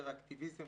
יותר אקטיביזם,